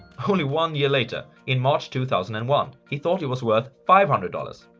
only one year later, in march two thousand and one, he thought it was worth five hundred dollars.